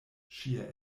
ŝia